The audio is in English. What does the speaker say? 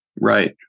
Right